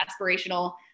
aspirational